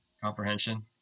comprehension